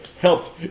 helped